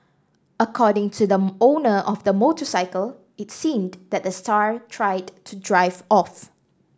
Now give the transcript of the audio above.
according to the owner of the motorcycle it seemed that the star tried to drive off